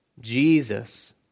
Jesus